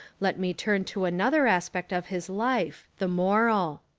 let me turn to another aspect of his life, the moral.